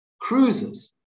cruises